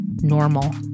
normal